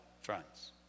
friends